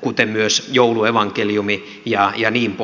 kuten myös jouluevankeliumi ja niin poispäin